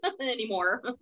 anymore